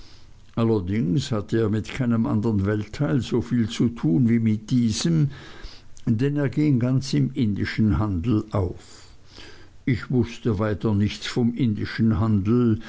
allerdings hatte er mit keinem andern weltteil so viel zu tun wie mit diesem denn er ging ganz im indischen handel auf ich wußte weiter nichts vom indischen handel